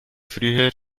früher